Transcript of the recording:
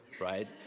right